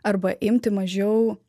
arba imti mažiau